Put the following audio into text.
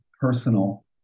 personal